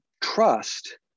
trust